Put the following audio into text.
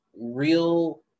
real